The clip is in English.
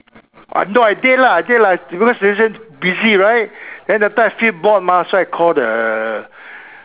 no I didn't lah I didn't lah because they say busy right then that time I say bored mah so I call the